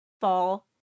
fall